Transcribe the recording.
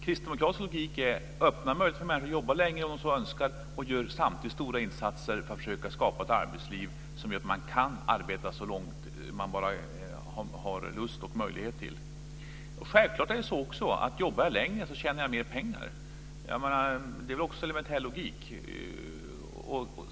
Kristdemokraternas logik är att öppna möjligheter för människor att jobba längre om de så önskar och att samtidigt göra stora insatser för att skapa ett arbetsliv som gör att man kan arbeta så länge man har lust och möjlighet till. Självklart tjänar jag mer pengar om jag jobbar längre. Det är en elementär logik.